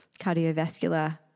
cardiovascular